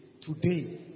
Today